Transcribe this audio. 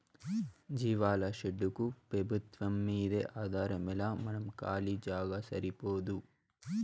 జీవాల షెడ్డుకు పెబుత్వంమ్మీదే ఆధారమేలా మన కాలీ జాగా సరిపోదూ